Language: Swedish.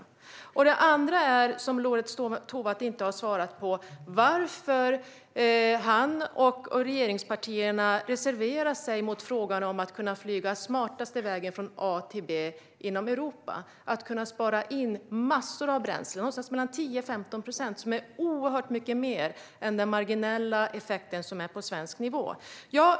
Lorentz Tovatt har inte svarat på varför han och regeringspartierna reserverar sig i frågan om att kunna flyga den smartaste vägen från A till B inom Europa. Då kan man spara in massor av bränsle, någonstans mellan 10 och 15 procent, vilket är mycket mer än den marginella effekt det får på svenskt område.